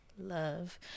love